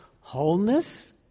wholeness